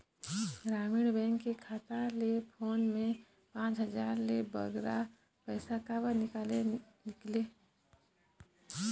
ग्रामीण बैंक के खाता ले फोन पे मा पांच हजार ले बगरा पैसा काबर निकाले निकले?